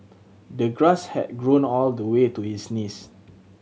the grass had grown all the way to his knees